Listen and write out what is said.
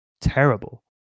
Terrible